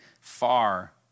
far